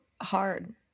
hard